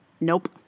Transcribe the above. Nope